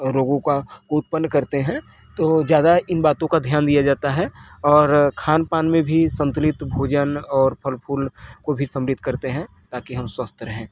रोगों का उत्पन्न करते हैं तो ज़्यादा इन बातों का ध्यान दिया जाता है और खानपान में भी संतुलित भोजन फल फूल को भी सम्मिलित करते हैं ताकि हम स्वस्थ रहें